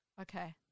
Okay